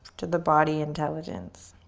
to the body intelligence.